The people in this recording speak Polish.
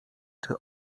czy